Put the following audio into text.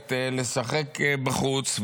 יכולת לשחק בחוץ.